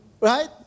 Right